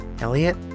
Elliot